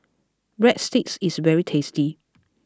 Breadsticks is very tasty